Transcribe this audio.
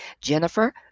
Jennifer